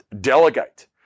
delegate